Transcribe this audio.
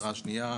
התראה שנייה,